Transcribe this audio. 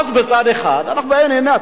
ואז בצד אחד אנחנו אומרים: הנה,